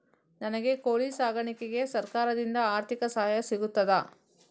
ನನಗೆ ಕೋಳಿ ಸಾಕಾಣಿಕೆಗೆ ಸರಕಾರದಿಂದ ಆರ್ಥಿಕ ಸಹಾಯ ಸಿಗುತ್ತದಾ?